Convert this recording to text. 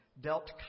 dealt